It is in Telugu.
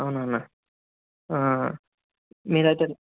అవునా అన్న మీది అయితే